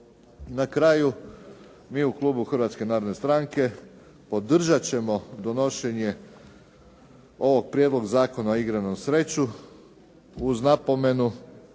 Na kraju mi u Klubu Hrvatske narodne stranke podržati ćemo ovaj Prijedlog zakona o igrama na sreću uz napomenu